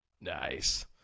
Nice